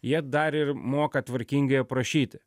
jie dar ir moka tvarkingai aprašyti